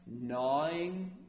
gnawing